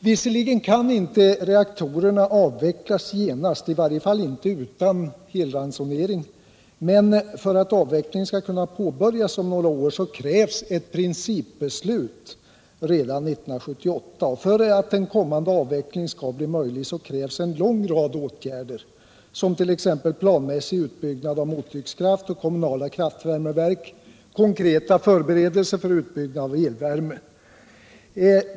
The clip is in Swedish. Visserligen kan inte reaktorerna avvecklas genast, i varje fall inte utan elransonering. Men för att en avveckling skall kunna påbörjas om några år krävs ett principbeslut redan 1978, och för att en kommande avveckling skall bli möjlig krävs en lång rad åtgärder, t.ex. planmässig utbyggnad av mottryckskraft, kommunala kraftvärmeverk, konkreta förberedelser för utbyggnad av elvärme.